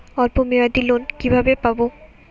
অল্প মেয়াদি লোন কিভাবে পাব?